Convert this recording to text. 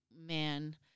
man